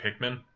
Pikmin